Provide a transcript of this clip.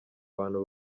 bantu